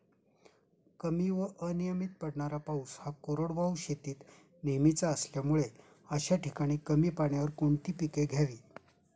कमी व अनियमित पडणारा पाऊस हा कोरडवाहू शेतीत नेहमीचा असल्यामुळे अशा ठिकाणी कमी पाण्यावर कोणती पिके घ्यावी?